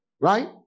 right